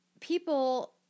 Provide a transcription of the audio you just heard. people